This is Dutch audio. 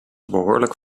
behoorlijk